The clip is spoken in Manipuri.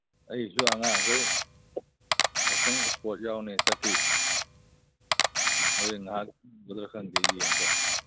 ꯑꯩꯁꯨ ꯑꯉꯥꯡꯒꯩ ꯌꯥꯎꯁꯪ ꯏꯁꯄꯣꯔꯠ ꯌꯥꯎꯅꯤ ꯆꯠꯈꯤ ꯍꯣꯔꯦꯟ ꯉꯥꯏꯍꯥꯛ ꯊꯣꯛꯎꯒꯗ꯭ꯔꯥ ꯈꯪꯗꯦ ꯌꯦꯡꯕ